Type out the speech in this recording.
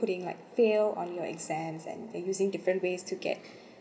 putting like fail on your exams and they using different ways to get